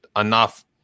enough